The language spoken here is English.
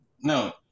No